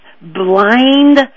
blind